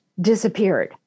disappeared